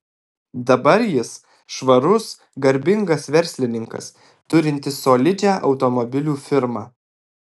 dabar jis švarus garbingas verslininkas turintis solidžią automobilių firmą